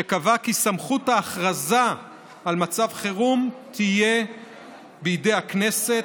שקבע כי סמכות ההכרזה על מצב חירום תהיה בידי הכנסת,